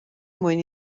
mwyn